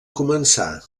començar